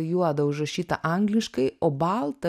juoda užrašyta angliškai o balta